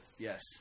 Yes